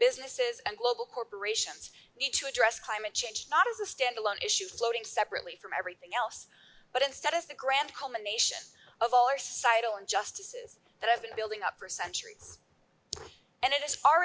businesses and global corporations need to address climate change not as a stand alone issue floating separately from everything else but instead as the grand culmination of all our societal injustices that have been building up for centuries and it is our